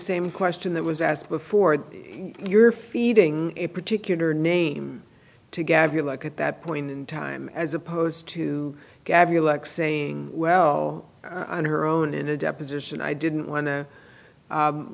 same question that was asked before you're feeding a particular name to gab you look at that point in time as opposed to gabby like saying well on her own in a deposition i didn't wan